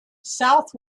south